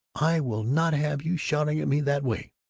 i will not have you shouting at me that way!